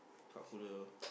crowd puller